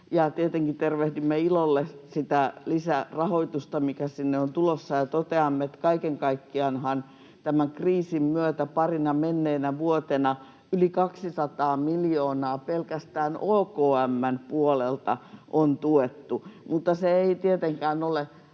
tietenkin tervehdimme ilolla sitä lisärahoitusta, mikä sinne on tulossa, ja toteamme, että kaiken kaikkiaanhan tämän kriisin myötä parina menneenä vuotena yli 200 miljoonaa pelkästään OKM:n puolelta on tuettu. Mutta se ei tietenkään ole